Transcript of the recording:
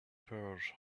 powers